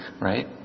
right